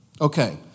Okay